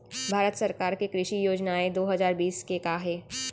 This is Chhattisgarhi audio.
भारत सरकार के कृषि योजनाएं दो हजार बीस के का हे?